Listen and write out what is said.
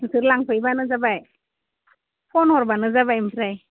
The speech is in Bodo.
नोंसोर लांफैब्लानो जाबाय फन हरब्लानो जाबाय ओमफ्राय